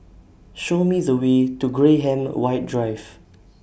Show Me The Way to Graham White Drive